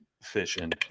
fishing